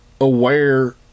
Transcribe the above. aware